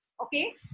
okay